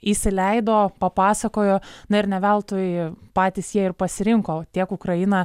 įsileido papasakojo na ir ne veltui patys jie ir pasirinko tiek ukrainą